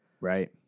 Right